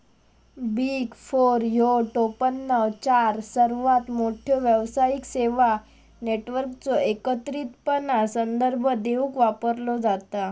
big four ह्यो टोपणनाव चार सर्वात मोठ्यो व्यावसायिक सेवा नेटवर्कचो एकत्रितपणान संदर्भ देवूक वापरलो जाता